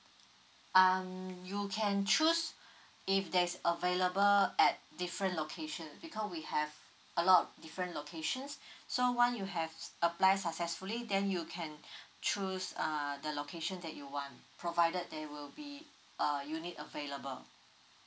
um you can choose if there is available at different location because we have a lot different locations so one you have apply successfully then you can choose err the location that you want provided there will be a unit available